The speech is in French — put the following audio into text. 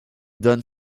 donne